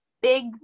big